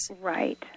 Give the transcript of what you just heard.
Right